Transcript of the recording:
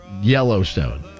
Yellowstone